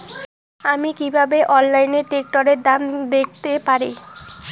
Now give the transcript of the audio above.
আমি কিভাবে অনলাইনে ট্রাক্টরের দাম দেখতে পারি?